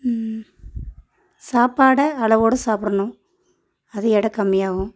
சாப்பாடை அளவோடு சாப்பிடணும் அது எடை கம்மியாகும்